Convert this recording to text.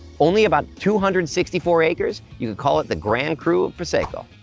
only about two hundred and sixty four acres, you could call it the grand cru of prosecco.